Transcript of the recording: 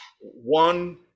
one